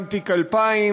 גם תיק 2000,